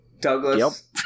Douglas